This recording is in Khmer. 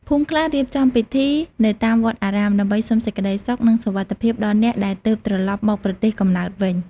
ភូមិខ្លះរៀបចំពិធីនៅតាមវត្តអារាម ដើម្បីសុំសេចក្ដីសុខ និងសុវត្ថិភាពដល់អ្នកដែលទើបត្រឡប់មកប្រទេសកំណើតវិញ។